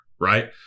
right